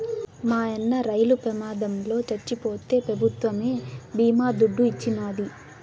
మాయన్న రైలు ప్రమాదంల చచ్చిపోతే పెభుత్వమే బీమా దుడ్డు ఇచ్చినాది